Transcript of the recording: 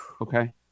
okay